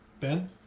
Ben